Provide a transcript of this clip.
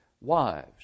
wives